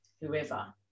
whoever